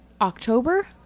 October